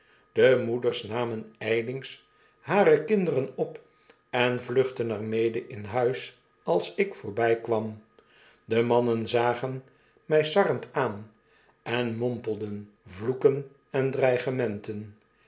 de moeders namen y lings hare kinderen op en vluchtten er mede in huis als ik voorbykwam de mannen zagen my sarrend aan en mompelden vloeken en